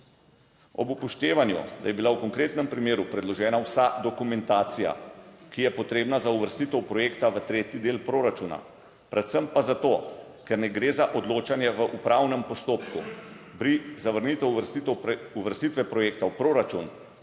Ob upoštevanju, da je bila v konkretnem primeru predložena vsa dokumentacija, ki je potrebna za uvrstitev projekta v tretji del proračuna, predvsem pa za to, ker ne gre za odločanje v upravnem postopku, bi zavrnitev uvrstitev uvrstitve projekta v proračun